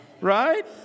right